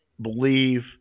believe